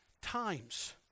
times